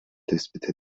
tespit